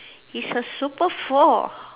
it's a super four